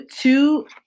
two